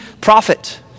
prophet